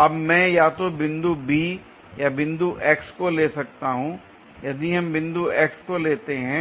अब मैं या तो बिंदु B या बिंदु X को ले सकता हूं यदि हम बिंदु X लेते हैं